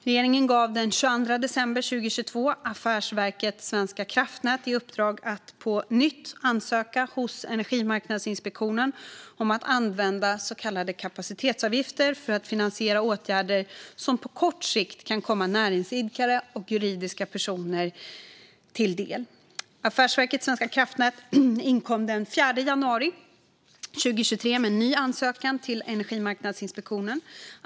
Regeringen gav den 22 december 2022 affärsverket Svenska kraftnät i uppdrag att på nytt ansöka hos Energimarknadsinspektionen om att använda så kallade kapacitetsavgifter för att finansiera åtgärder som på kort sikt kan komma näringsidkare och juridiska personer till del. Affärsverket Svenska kraftnät inkom den 4 januari 2023 med en ny ansökan till Energimarknadsinspektionen.